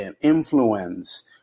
influence